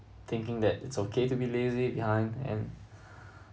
thinking that it's okay to be lazy behind and